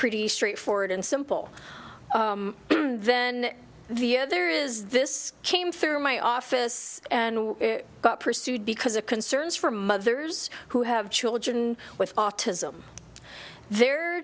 pretty straightforward and simple then the other is this came through my office and got pursued because of concerns for mothers who have children with autism the